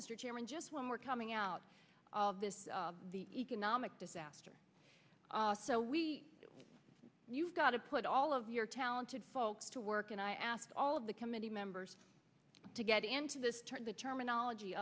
mr chairman just when we're coming out of this the economic disaster so we you've got to put all of your talented folks to work and i asked all of the committee members to get into this term the terminology